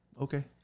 okay